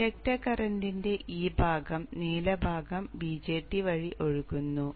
അതിനാൽ ഇൻഡക്റ്റർ കറന്റിന്റെ ഈ ഭാഗം നീല ഭാഗം BJT വഴി ഒഴുകുന്നു